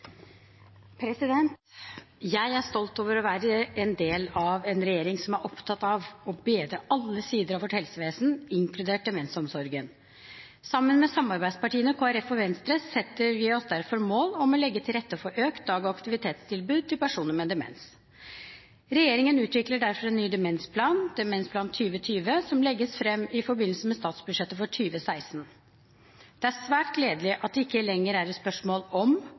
stolt over å være en del av en regjering som er opptatt av å bedre alle sider av vårt helsevesen, inkludert demensomsorgen. Sammen med samarbeidspartiene, Kristelig Folkeparti og Venstre, setter vi oss derfor mål om å legge til rette for økt dag- og aktivitetstilbud til personer med demens. Regjeringen utvikler derfor en ny demensplan, Demensplan 2020, som legges fram i forbindelse med statsbudsjettet for 2016. Det er svært gledelig at det ikke lenger er et spørsmål om,